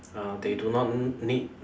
uh they do not n~ need